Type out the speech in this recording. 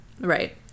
Right